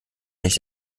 nicht